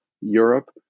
Europe